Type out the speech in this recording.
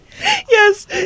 Yes